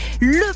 le